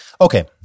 Okay